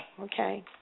okay